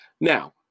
Now